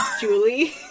Julie